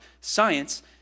science